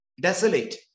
desolate